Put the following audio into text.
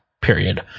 period